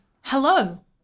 hello